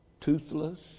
Toothless